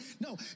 No